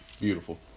Beautiful